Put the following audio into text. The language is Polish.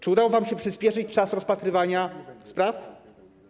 Czy udało wam się przyspieszyć czas rozpatrywania spraw?